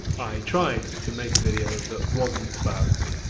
i tried to make a video that wasn't about.